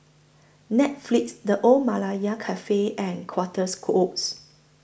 Netflix The Old Malaya Cafe and Quarters Oats